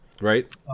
Right